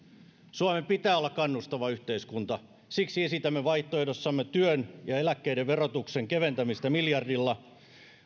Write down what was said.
suomen pitää olla kannustava yhteiskunta siksi esitämme vaihtoehdossamme työn ja eläkkeiden verotuksen keventämistä miljardilla